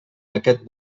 aquest